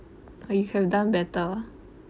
you could have done better